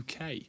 UK